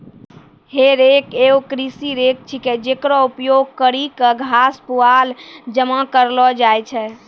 हे रेक एगो कृषि रेक छिकै, जेकरो उपयोग करि क घास, पुआल जमा करलो जाय छै